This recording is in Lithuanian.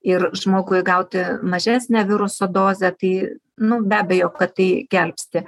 ir žmogui gauti mažesnę viruso dozę tai nu be abejo kad tai gelbsti